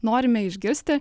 norime išgirsti